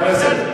מתי היתה?